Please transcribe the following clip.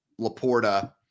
Laporta